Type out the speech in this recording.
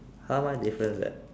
how am I difference that